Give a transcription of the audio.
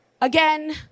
Again